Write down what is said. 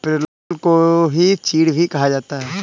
पिरुल को ही चीड़ भी कहा जाता है